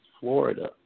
Florida